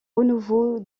renouveau